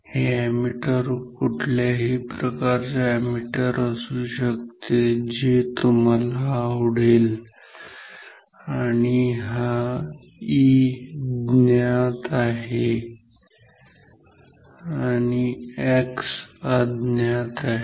हे अॅमीटर कुठल्याही प्रकारच अॅमीटर असू शकते जे तुम्हाला आवडेल आणि हा E ज्ञात आहे किंवा X अज्ञात आहे